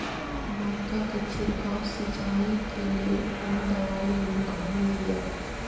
मक्का के छिड़काव सिंचाई के लेल कोन दवाई नीक होय इय?